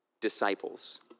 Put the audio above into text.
disciples